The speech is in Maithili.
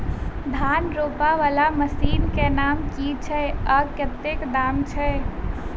धान रोपा वला मशीन केँ नाम की छैय आ कतेक दाम छैय?